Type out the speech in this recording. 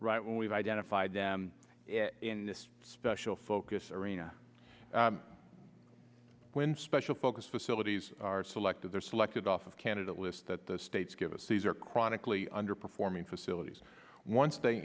right when we've identified them in this special focus arena when special focus facilities are selected they're selected off of candidate list that the states give us these are chronically underperforming facilities once they